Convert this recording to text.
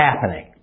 happening